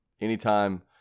anytime